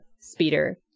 speeder